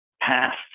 past